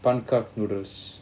puncak noodles